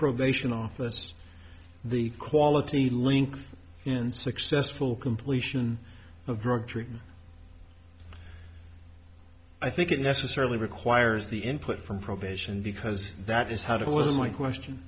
probation office the quality link in successful completion of drug treatment i think it necessarily requires the input from probation because that is how it was my question